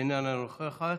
איננה נוכחת.